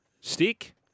Stick